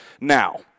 Now